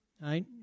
right